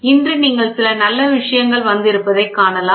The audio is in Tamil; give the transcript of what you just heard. இன்று நீங்கள் சில நல்ல விஷயங்கள் வந்திருப்பதைக் காணலாம்